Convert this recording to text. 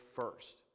first